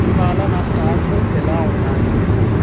ఇవాళ నా స్టాక్లు ఎలా ఉన్నాయి